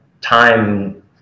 Time